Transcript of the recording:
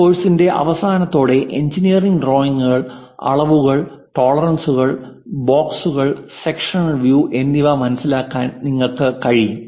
ഈ കോഴ്സിന്റെ അവസാനത്തോടെ എഞ്ചിനീയറിംഗ് ഡ്രോയിംഗുകൾ അളവുകൾ ടോളറൻസുകൾ ബോക്സുകൾ സെക്ഷനൽ വ്യൂ എന്നിവ മനസിലാക്കാൻ നിങ്ങൾക്ക് കഴിയും